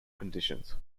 conditions